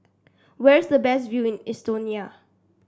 where's the best view in Estonia